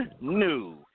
new